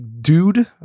dude